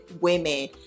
women